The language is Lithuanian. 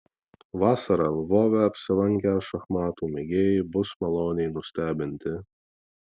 vasarą lvove apsilankę šachmatų mėgėjai bus maloniai nustebinti